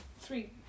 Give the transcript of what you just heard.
three